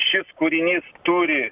šis kūrinys turi